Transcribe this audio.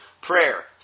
Prayer